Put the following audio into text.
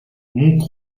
мөнгө